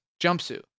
jumpsuit